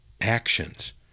actions